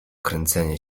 kręcenie